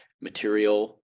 material